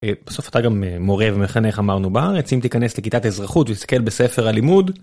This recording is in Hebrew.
בסוף אתה גם מורה ומחנך אמרנו, בארץ אם תיכנס לכיתת אזרחות ותסתכל בספר הלימוד...